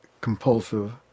compulsive